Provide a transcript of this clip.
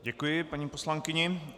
Děkuji paní poslankyni.